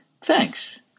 thanks